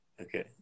Okay